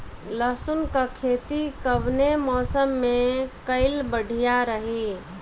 लहसुन क खेती कवने मौसम में कइल बढ़िया रही?